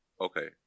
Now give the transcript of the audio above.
Okay